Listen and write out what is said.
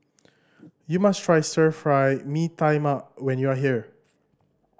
you must try Stir Fry Mee Tai Mak when you are here